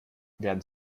werden